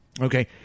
okay